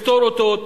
לפתור אותו.